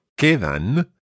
quedan